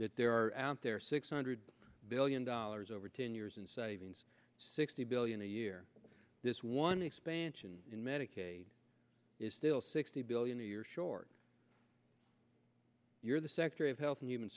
that there are out there six hundred billion dollars over ten years and savings sixty billion a year this one expansion in medicare is still sixty you're short you're the secretary of health and human